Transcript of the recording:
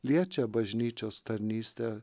liečia bažnyčios tarnystę